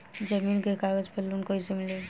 जमीन के कागज पर लोन कइसे मिली?